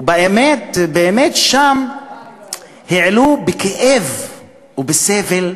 ובאמת שם הם העלו, בכאב ובסבל,